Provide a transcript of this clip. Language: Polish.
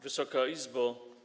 Wysoka Izbo!